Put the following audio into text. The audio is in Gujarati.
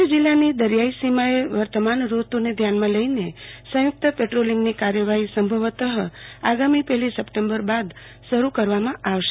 કચ્છ જીલ્લાની દરિયાયી સીમાએ વર્તમાન ઋતુને ધ્યાનમાં લઈને સંયુક્ત પેટ્રોલિંગની કાર્યવાહી સંભવતઃ આગામી પહેલી સપ્ટેમ્બર બાદ શરુ કરવામાં આવશે